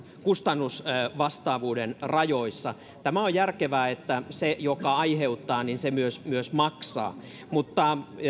kustannusvastaavuuden rajoissa tämä on järkevää että se joka aiheuttaa myös myös maksaa mutta